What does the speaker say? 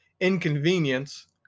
Inconvenience